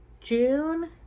june